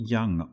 Young